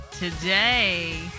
Today